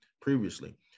previously